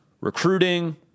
Recruiting